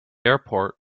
airport